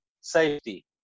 safety